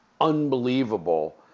unbelievable